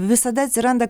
visada atsiranda